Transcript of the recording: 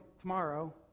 tomorrow